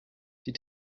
die